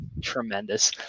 tremendous